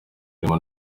irimo